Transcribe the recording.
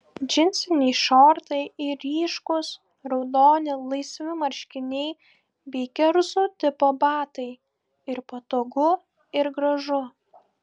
džinsiniai šortai ir ryškūs raudoni laisvi marškiniai bei kerzų tipo batai ir patogu ir gražu